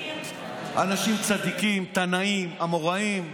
אנשים צדיקים, תנאים, אמוראים,